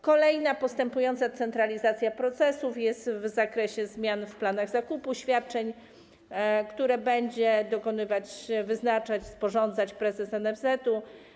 Kolejna postępująca centralizacja procesów jest w zakresie zmian w planach zakupu świadczeń, które będzie wyznaczać, sporządzać, prezes NFZ-u.